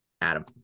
Adam